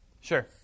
Sure